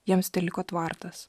jiems teliko tvartas